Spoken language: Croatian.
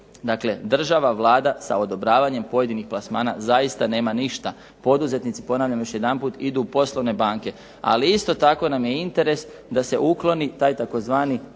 Dakle, država, Vlada sa odobravanjem pojedinih plasmana zaista nema ništa. Poduzetnici, ponavljam još jedanput, idu u poslovne banke, ali isto tako nam je interes da se ukloni taj tzv.